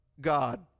God